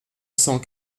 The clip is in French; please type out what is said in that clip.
cent